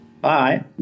Bye